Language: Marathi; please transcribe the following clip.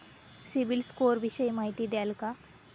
सिबिल स्कोर विषयी माहिती द्याल का?